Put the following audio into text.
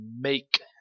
make